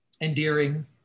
endearing